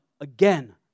again